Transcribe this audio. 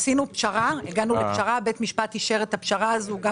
הגענו לפשרה ובית משפט אישר את הפשרה וגם